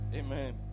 Amen